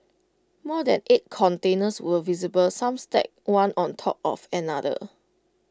more than eight containers were visible some stacked one on top of another